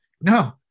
No